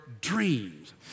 dreams